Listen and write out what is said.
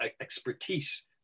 expertise